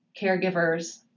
caregivers